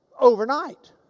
overnight